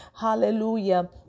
hallelujah